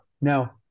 Now